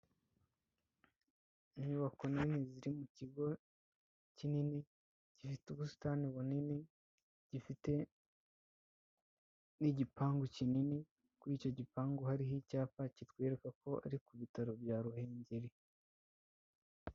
Inyubako nini ziri mu kigo kinini gifite ubusitani bunini gifite n'igipangu kinini kuri icyo gipangu hariho icyapa kitwereka ko ari ku bitaro bya Ruhengeri.